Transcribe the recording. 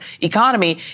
economy—